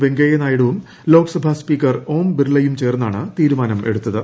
വെങ്കയ്യനായിഡുവും ലോക്സഭാ സ്പീക്കർ ഓം ബിർളയും ചേർന്നാണ് തീരുമാനമെടുത്തത്